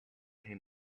came